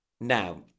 Now